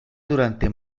durante